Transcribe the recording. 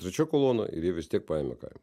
trečia kolona ir jie vis tiek paėmė kaimą